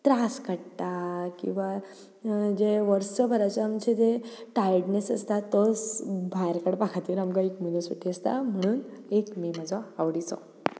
त्रास काडटा किंवां जे वर्सभराचे आमचें तें टायर्डनस आसा तो भायर काडपा खातीर आमकां एक म्हयनो सुटी आसता म्हणून एक मे म्हजो आवडीचो